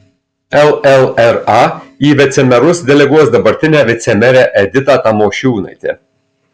llra į vicemerus deleguos dabartinę vicemerę editą tamošiūnaitę